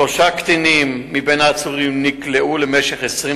שלושה קטינים מבין העצורים נכלאו למשך 24